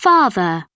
Father